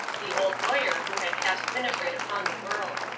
the old lawyer who had cast winnifred upon the world.